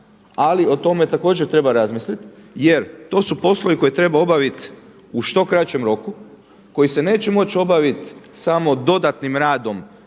ali o tome također treba razmisliti jer to su poslovi koje treba obaviti u što kraćem roku, koji se neće moći obavit samo dodatnim radom